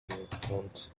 headphones